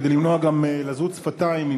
כדי למנוע גם לזות שפתיים,